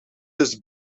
dus